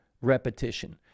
repetition